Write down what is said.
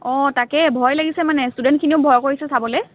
অঁ তাকেই ভয় লাগিছে মানে ইষ্টুডেণ্টখিনিও ভয় কৰিছে চাবলৈ